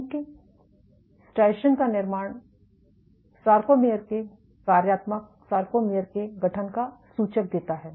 चूंकि स्ट्राइएशन का निर्माण सरकोमेयर के कार्यात्मक सरकोमेयर के गठन का सूचक देता है